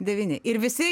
devyni ir visi